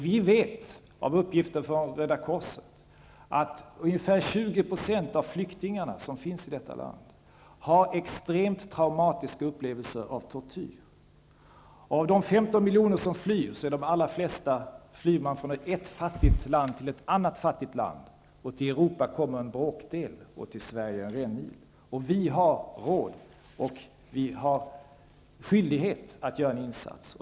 Vi vet av uppgifter från Röda korset att ungefär 20 % av flyktingarna som finns i detta land har extremt traumatiska upplevelser av tortyr. Av de 15 miljonerna flyktingar flyr de flesta från ett fattigt land till ett annat fattigt land. Till Europa kommer en bråkdel och till Sverige en rännil. Vi har råd och vi har skyldighet att göra en insats.